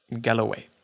Galloway